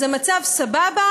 אז אם המצב סבבה,